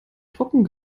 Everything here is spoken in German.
trocken